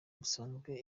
busanzwe